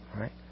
Right